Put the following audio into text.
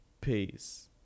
peace